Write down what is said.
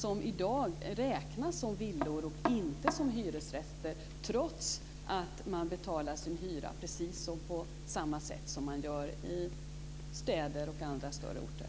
I dag räknas dessa som villor och inte som hyresrätter trots att man betalar sin hyra precis på samma sätt som man gör i städer och på andra större orter.